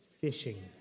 fishing